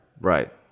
Right